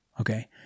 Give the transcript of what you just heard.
Okay